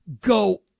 go